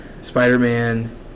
Spider-Man